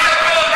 מה זה קשור?